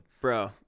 bro